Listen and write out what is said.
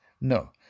No